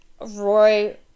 Roy